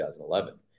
2011